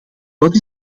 wat